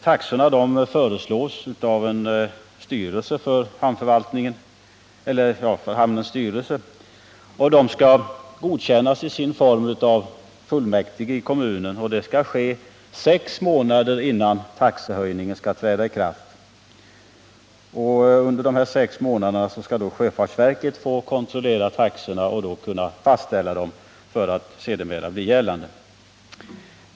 Taxorna föreslås av hamnens styrelse och skall godkännas av fullmäktige i kommunen. Detta skall ske sex månader innan taxehöjningen skall träda i kraft. Under dessa sex månader skall sjöfartsverket kontrollera och fastställa taxorna.